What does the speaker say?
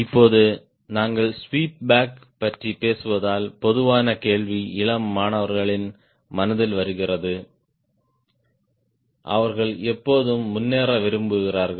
இப்போது நாங்கள் sweep back பற்றிப் பேசுவதால் பொதுவான கேள்வி இளம் மாணவர்களின் மனதில் வருகிறது அவர்கள் எப்போதும் முன்னேற விரும்புகிறார்கள்